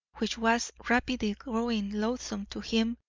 which was rapidly growing loathsome to him,